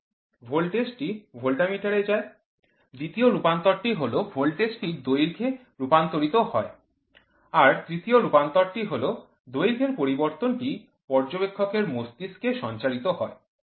তারের মাধ্যমে ভোল্টেজ টি ভোল্টমিটার এ যায় দ্বিতীয় রূপান্তর টি হল ভোল্টেজ টি দৈর্ঘ্যে রূপান্তরিত হয় আর তৃতীয় রূপান্তর টি হল দৈর্ঘ্যের পরিবর্তনটি পর্যবেক্ষকের মস্তিষ্কে সঞ্চারিত হয়